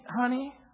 honey